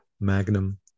Magnum